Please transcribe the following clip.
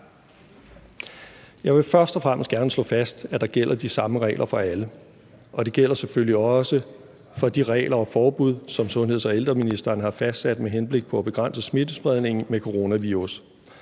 Jeg vil først og fremmest gerne slå fast, at der gælder de samme regler for alle, og det gælder selvfølgelig også for de regler og forbud, som sundheds- og ældreministeren har fastsat med henblik på at begrænse smittespredningen med coronavirus.